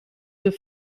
deux